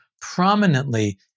prominently